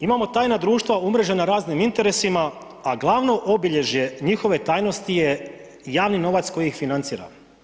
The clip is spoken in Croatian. Imamo tajna društva umrežena raznim interesima, a glavno obilježje njihove tajnosti je javni novac koji ih financira.